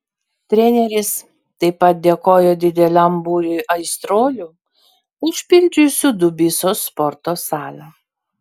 treneris taip pat dėkojo dideliam būriui aistruolių užpildžiusių dubysos sporto salę